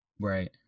Right